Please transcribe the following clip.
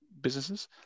businesses